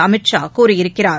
அமித் ஷா கூறியிருக்கிறார்